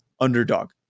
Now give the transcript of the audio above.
underdog